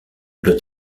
doit